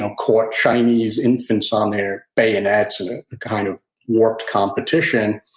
ah caught chinese infants on their bayonets in a kind of warped competition